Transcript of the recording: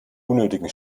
unnötigen